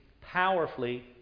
powerfully